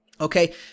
okay